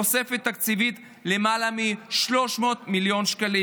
תוספת תקציבית של למעלה מ-300 מיליון שקלים.